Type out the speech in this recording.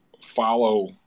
follow